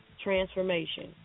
transformation